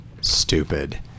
stupid